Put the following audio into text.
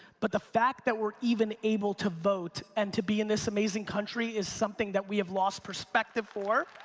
but the fact that we're even able to vote and to be in this amazing country is something that we have lost perspective for.